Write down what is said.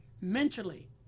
mentally